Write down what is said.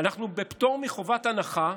אנחנו בפטור מחובת הנחה,